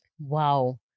Wow